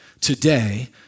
today